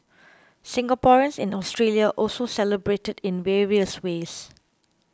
Singaporeans in Australia also celebrated in various ways